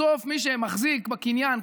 בסוף מי שמחזיק בקניין,